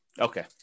Okay